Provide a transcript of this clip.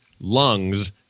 lungs